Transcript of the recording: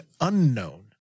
unknown